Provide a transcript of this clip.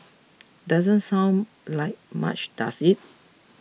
doesn't sound like much does it